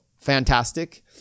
fantastic